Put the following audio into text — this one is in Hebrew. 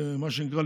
מה שנקרא,